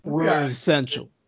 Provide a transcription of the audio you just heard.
essential